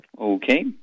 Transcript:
Okay